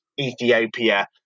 Ethiopia